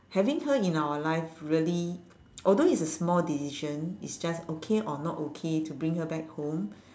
having her in our life really although it's a small decision it's just okay or not okay to bring her back home